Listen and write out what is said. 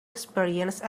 experience